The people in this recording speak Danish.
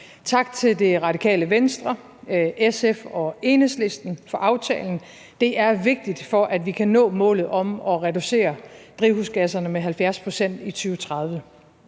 Tak til Det Radikale Venstre, SF og Enhedslisten for aftalen. Det er vigtigt, for at vi kan nå målet om at reducere drivhusgasserne med 70 pct. i 2030.